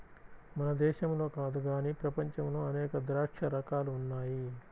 మన దేశంలో కాదు గానీ ప్రపంచంలో అనేక ద్రాక్ష రకాలు ఉన్నాయి